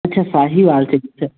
अच्छा साहीवाल से